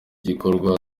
gikorwa